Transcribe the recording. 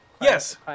Yes